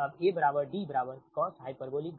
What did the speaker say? अब A D cosh γl